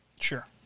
Sure